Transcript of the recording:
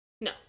No